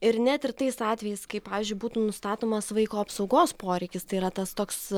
ir net ir tais atvejais kai pavyzdžiui būtų nustatomas vaiko apsaugos poreikis tai yra tas toks